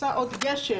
עושה עוד גשר.